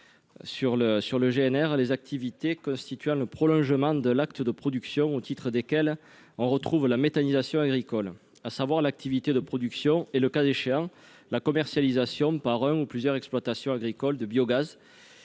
routier (GNR) les activités constituant « le prolongement de l'acte de production », au titre desquelles on retrouve la méthanisation agricole, à savoir l'activité de « production et, le cas échéant, [...] la commercialisation, par un ou plusieurs exploitants agricoles, de biogaz,